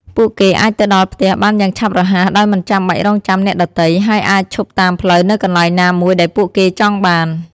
ពួកគេអាចទៅដល់ផ្ទះបានយ៉ាងឆាប់រហ័សដោយមិនចាំបាច់រង់ចាំអ្នកដទៃ ហើយអាចឈប់តាមផ្លូវនៅកន្លែងណាមួយដែលពួកគេចង់បាន។